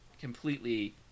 completely